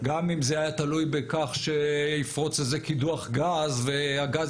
גם אם זה היה תלוי בכך שיפרוץ איזה קידוח גז והגז